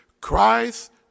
Christ